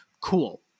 cool